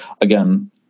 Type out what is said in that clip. again